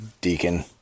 Deacon